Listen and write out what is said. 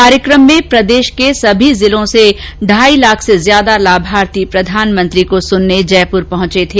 कार्यकम में प्रदेष के सभी जिलों से ढाई लाख से ज्यादा लाभार्थी प्रधानमंत्री को सुनने जयपुर पहुंचे थे